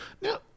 Now